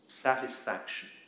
Satisfaction